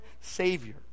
Savior